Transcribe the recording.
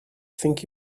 think